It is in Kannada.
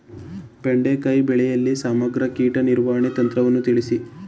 ಬೆಂಡೆಕಾಯಿ ಬೆಳೆಯಲ್ಲಿ ಸಮಗ್ರ ಕೀಟ ನಿರ್ವಹಣೆ ತಂತ್ರವನ್ನು ತಿಳಿಸಿ?